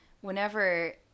whenever